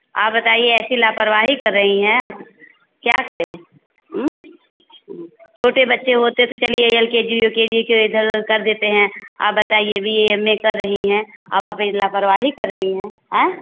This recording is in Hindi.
आप बताइए ऐसी लापरवाही कर रही हैं अब क्या करें छोटे बच्चे होते तो चलिए L K G U K G के इधर उधर कर देते हैं आप बताइए बी ए एम ए कर रही हैं अब आप यह लापरवाही कर रही हैं हाँ